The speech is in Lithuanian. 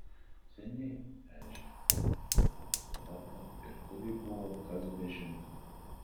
seniai ežia ta suarta ir kur ji buvo kas bežino